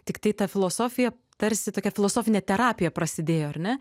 tiktai ta filosofija tarsi tokia filosofinė terapija prasidėjo ar ne